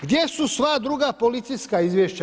Gdje su sva druga policijska izvješća?